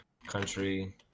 Country